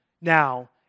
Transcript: now